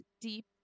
deep